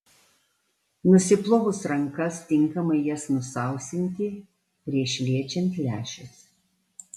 nusiplovus rankas tinkamai jas nusausinti prieš liečiant lęšius